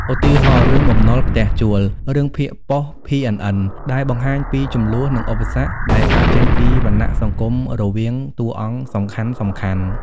ឧទាហរណ៍ រឿង បំណុលផ្ទះជួល រឿងភាគប៉ុស្តិ៍ PNN ដែលបង្ហាញពីជម្លោះ និងឧបសគ្គដែលកើតចេញពីវណ្ណៈសង្គមរវាងតួអង្គសំខាន់ៗ។